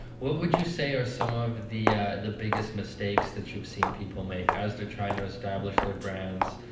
what would you say are some of the the biggest mistakes that you've seen people make as they're trying to establish their brands,